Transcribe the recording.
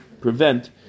prevent